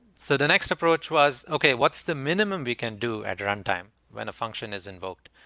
so the next approach was, okay, what's the minimum we can do at runtime when a function is invoked?